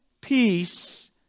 peace